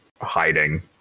hiding